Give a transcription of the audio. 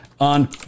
On